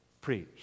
preach